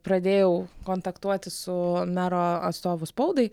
pradėjau kontaktuoti su mero atstovu spaudai